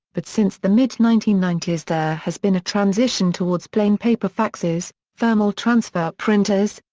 but since the mid nineteen ninety s there has been transition towards plain-paper faxes thermal transfer printers,